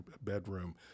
bedroom